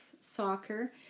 soccer